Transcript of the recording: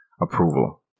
approval